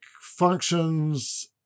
functions